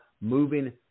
moving